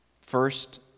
first